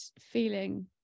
feeling